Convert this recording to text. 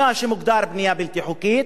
מה שמוגדר בנייה בלתי חוקית,